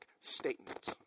statement